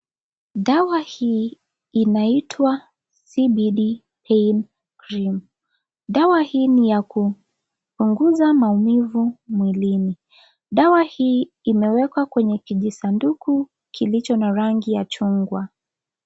Dawa hii inaitwa CBD pain cream . Dawa hii ni ya kupunguza maumivu mwilini. Dawa hii imewekwa kwa kijisanduku kilicho na rangi ya chungwa.